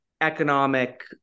economic